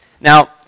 Now